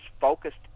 focused